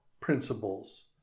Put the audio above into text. principles